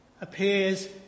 appears